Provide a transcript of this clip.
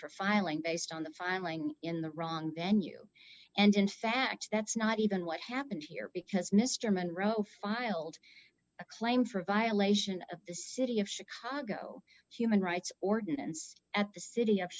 for filing based on the filing in the wrong venue and in fact that's not even what happened here because mr monroe filed a claim for violation of the city of chicago human rights ordinance at the city of